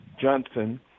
johnson